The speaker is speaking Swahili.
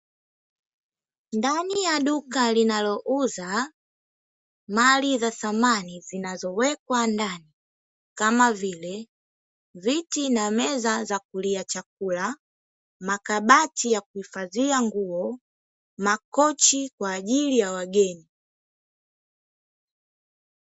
Ndani ya duka linalouza mali za samani zinazowekwa ndani, kama vile: viti na meza za kulia chakula, makabati ya kuhifadhia nguo, makochi kwa ajili ya wageni.